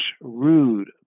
rude